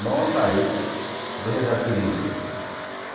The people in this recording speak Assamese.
ন চাৰি দুহেজাৰ তিনি